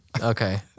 Okay